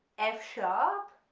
f sharp,